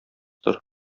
тор